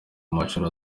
mashuri